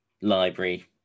library